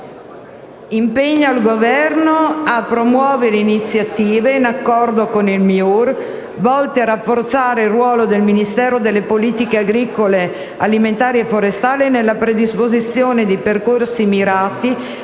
obiettivi, impegna il Governo: a promuovere iniziative, in raccordo con il MIUR, volte a rafforzare il ruolo del Ministero delle politiche agricole, alimentari e forestali nella predisposizione di percorsi mirati,